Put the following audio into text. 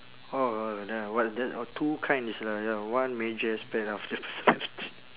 orh that what that uh too kind is a ya one major aspect of the personality